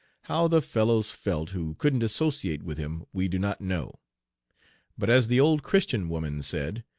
how the fellows felt who couldn't associate with him we do not know but as the old christian woman said,